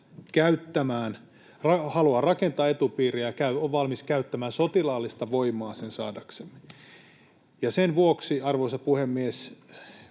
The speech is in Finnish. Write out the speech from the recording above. haluaa rakentaa etupiiriä ja on valmis käyttämään sotilaallista voimaa sen saadakseen. Sen vuoksi, arvoisa puhemies,